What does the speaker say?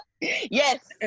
Yes